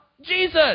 Jesus